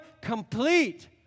complete